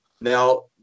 Now